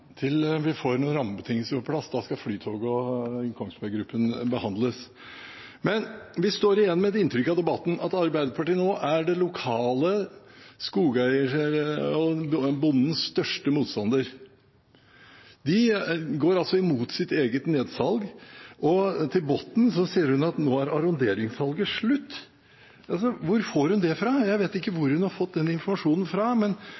til vi får noen rammebetingelser på plass. Da skal Flytoget og Kongsberg Gruppen behandles. Men etter debatten står vi igjen med et inntrykk av at Arbeiderpartiet nå er den lokale skogeierbondens største motstander. De går altså imot sitt eget nedsalg, og Botten sier at arealer tilgjengelig for arronderingssalg er slutt. Hvor får hun det fra? Jeg vet ikke hvor hun har fått den informasjonen fra,